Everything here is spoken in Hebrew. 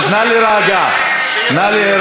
אבל, אדוני היושב-ראש, אז נא להירגע.